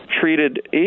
treated